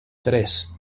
tres